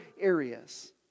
areas